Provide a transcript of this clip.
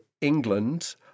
England